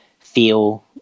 feel